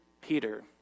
Peter